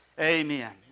Amen